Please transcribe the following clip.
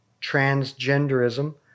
transgenderism